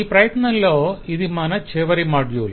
ఆ ప్రయత్నంలో ఇది మన చివరి మాడ్యూల్